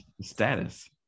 status